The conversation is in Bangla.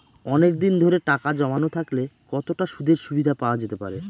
অনেকদিন ধরে টাকা জমানো থাকলে কতটা সুদের সুবিধে পাওয়া যেতে পারে?